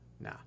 nah